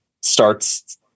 starts